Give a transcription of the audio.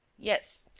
yes,